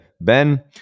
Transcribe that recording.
Ben